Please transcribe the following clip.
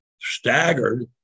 staggered